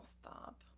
stop